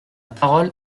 parole